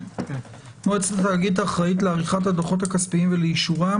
(ג)מועצת התאגיד אחראית לעריכת הדוחות הכספייים ולאישורם.